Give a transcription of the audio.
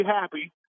happy